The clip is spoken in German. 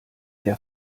der